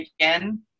again